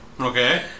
okay